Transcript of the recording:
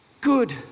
good